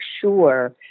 sure